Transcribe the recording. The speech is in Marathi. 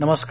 नमस्कार